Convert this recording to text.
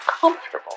comfortable